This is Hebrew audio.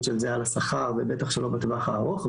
של זה על השכר ובטח שלא בטווח הארוך,